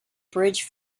bridge